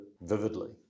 vividly